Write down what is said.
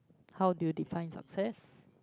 how do you define success